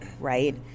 right